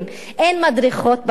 שאין מדרכות בכניסה.